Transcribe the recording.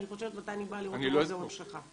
אני חושבת מתי אני באה לראות את המוזיאון שלך.